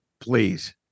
Please